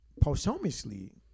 posthumously